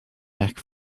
back